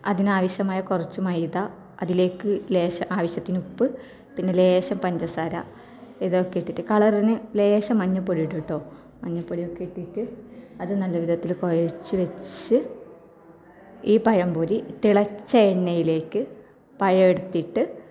അതിനാവശ്യമായ കുറച്ച് മൈദ അതിലേക്ക് ലേശം ആവശ്യത്തിന് ഉപ്പ് പിന്നെ ലേശം പഞ്ചസാര ഇതൊക്കെ ഇട്ടിട്ട് കളറിന് ലേശം മഞ്ഞൾപ്പൊടി ഇടും കേട്ടോ മഞ്ഞൾപ്പൊടിയൊക്കെ ഇട്ടിട്ട് അത് നല്ല വിധത്തില് കുഴച്ച് വെച്ച് ഈ പഴം പൊരി തിളച്ച എണ്ണയിലേക്ക് പഴം എടുത്തിട്ട്